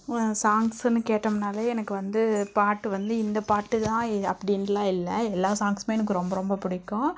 சாங்ஸுனு கேட்டோம்னாலே எனக்கு வந்து பாட்டு வந்து இந்த பாட்டு தான் இது அப்படின்லாம் இல்லை எல்லா சாங்ஸ்மே எனக்கு ரொம்ப ரொம்ப பிடிக்கும்